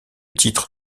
titre